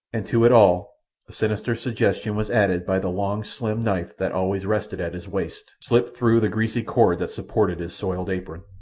and to it all a sinister suggestion was added by the long slim knife that always rested at his waist, slipped through the greasy cord that supported his soiled apron.